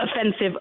offensive